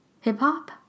hip-hop